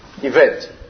event